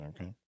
Okay